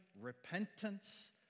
repentance